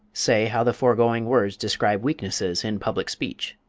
say how the foregoing words describe weaknesses in public speech.